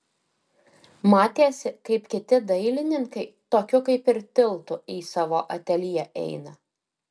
matėsi kaip kiti dailininkai tokiu kaip ir tiltu į savo ateljė eina